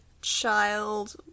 child